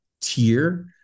tier